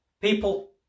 People